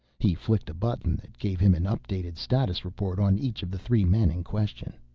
he flicked a button that gave him an updated status report on each of the three men in question.